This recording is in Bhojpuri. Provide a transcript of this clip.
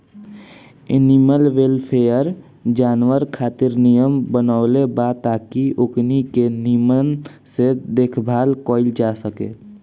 एनिमल वेलफेयर, जानवर खातिर नियम बनवले बा ताकि ओकनी के निमन से देखभाल कईल जा सके